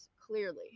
Clearly